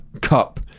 cup